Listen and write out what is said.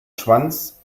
schwanz